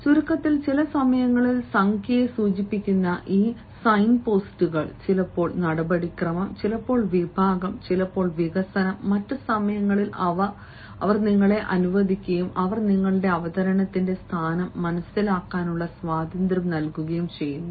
ചുരുക്കത്തിൽ ചില സമയങ്ങളിൽ സംഖ്യയെ സൂചിപ്പിക്കുന്ന ഈ സൈൻപോസ്റ്റുകൾ ചിലപ്പോൾ നടപടിക്രമം ചിലപ്പോൾ വിഭാഗം ചിലപ്പോൾ വികസനം മറ്റ് സമയങ്ങളിൽ അവർ നിങ്ങളെ അനുവദിക്കുകയും അവർക്ക് നിങ്ങളുടെ അവതരണത്തിന്റെ സ്ഥാനം മനസിലാക്കാനുള്ള സ്വാതന്ത്ര്യം നൽകുകയും ചെയ്യുന്നു